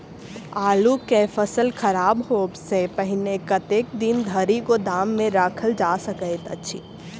आलु केँ फसल खराब होब सऽ पहिने कतेक दिन धरि गोदाम मे राखल जा सकैत अछि?